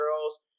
girls